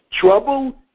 trouble